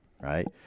right